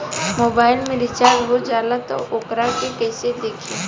Mobile में recharge हो जाला त वोकरा के कइसे देखी?